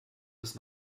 bis